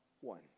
one